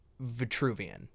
Vitruvian